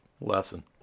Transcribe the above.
lesson